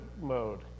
mode